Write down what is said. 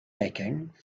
making